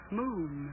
moon